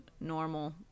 normal